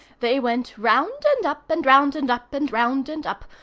they went round and up, and round and up and round and up,